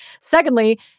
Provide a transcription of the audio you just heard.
Secondly